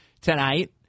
tonight